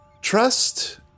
Trust